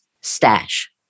stash